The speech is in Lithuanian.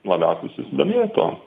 labiausiai susidomėjo tuo